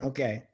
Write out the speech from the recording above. Okay